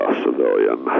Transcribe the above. civilian